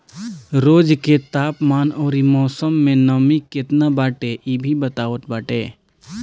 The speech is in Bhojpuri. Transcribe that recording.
रोज के तापमान अउरी मौसम में नमी केतना बाटे इ भी बतावत बाटे